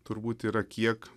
turbūt yra kiek